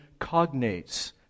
cognates